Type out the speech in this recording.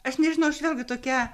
aš nežinau aš vėlgi tokia